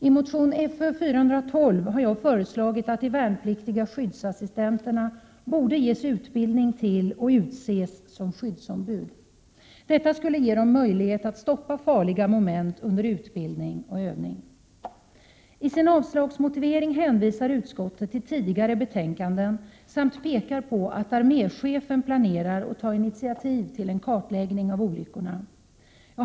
I motion Fö412 har jag föreslagit att de värnpliktiga skyddsassistenterna borde ges utbildning till och utses som skyddsombud. Detta skulle ge dem möjlighet att stoppa farliga moment under utbildning och övning. I sin avslagsmotivering hänvisar utskottet till tidigare betänkanden samt pekar på att arméchefen planerar att ta initiativ till en kartläggning av olyckorna.